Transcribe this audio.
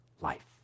life